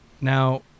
Now